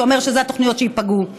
שאומר שאלה התוכניות שייפגעו.